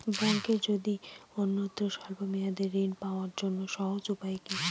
ব্যাঙ্কে বাদে অন্যত্র স্বল্প মেয়াদি ঋণ পাওয়ার জন্য সহজ উপায় কি?